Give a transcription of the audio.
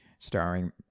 Starring